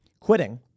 quitting